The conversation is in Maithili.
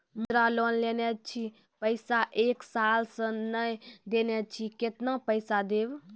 मुद्रा लोन लेने छी पैसा एक साल से ने देने छी केतना पैसा देब?